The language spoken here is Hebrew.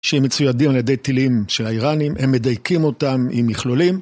שהם מצוידים על ידי טילים של האיראנים, הם מדייקים אותם עם מכלולים.